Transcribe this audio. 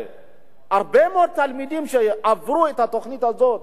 הרבה מאוד תלמידים שעברו את התוכנית הזאת,